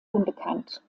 unbekannt